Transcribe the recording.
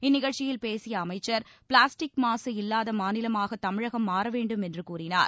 இந்நிகழ்ச்சியில் பேசிய அமைச்சர் பிளாஸ்டிக் மாசு இல்லாத மாநிலமாக தமிழகம் மாற வேண்டும் என்று கூறினார்